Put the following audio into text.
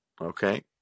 Okay